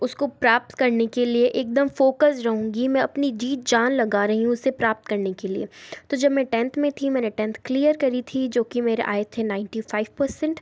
उसको प्राप्त करने के लिए एक दम फॉक्स राहूँगी मैं अपनी जी जान लगा रही हूँ उसे प्राप्त करने के लिए तो जब मैं टेन्थ में थी मैंने टेन्थ क्लियर करी थी जो कि मेरे आए थे नाइन्टी फाइव पर्सेन्ट